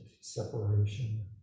separation